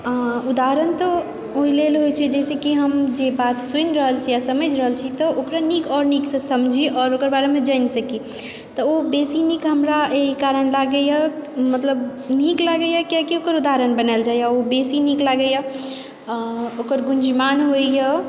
उदहारण तऽ ओहि लेल होइत छै कि जाहिसँ कि हम जे बात सुनि रहल छी या समझ रहल छी तऽ ओकरा नीक आओर नीकसँ समझी आओर ओकर बारेमे जानकारी जान सकी तऽ ओ बेसी नीक हमरा एहि कारण लागैए मतलब नीक लागैए कियाकि ओकर उदहारण बनायल जाइए ओ बेसी नीक लगैए ओकर गुन्जमान होइए